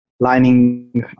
lining